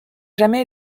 jamais